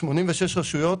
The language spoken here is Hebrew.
86 רשויות,